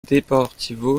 deportivo